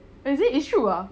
oh is it it's true ah